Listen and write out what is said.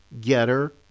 Getter